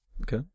Okay